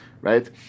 right